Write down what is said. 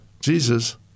Jesus